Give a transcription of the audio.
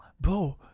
bro